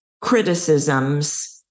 criticisms